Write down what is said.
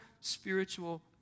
spiritual